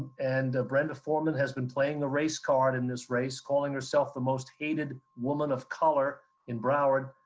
and brenda forman has been playing the race card in this race, calling herself the most hated woman of color in broward.